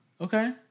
Okay